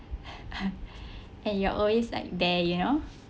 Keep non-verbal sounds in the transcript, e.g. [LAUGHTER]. [LAUGHS] and you are always like there you know